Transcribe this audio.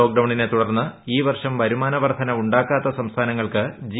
ലോക്ഡൌണിനെ തുടർന്ന് ഈ വർഷം വരുമാന വർദ്ധന ഉണ്ടാക്കാത്ത സംസ്ഥാനങ്ങൾക്ക് ജി